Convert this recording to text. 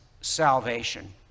salvation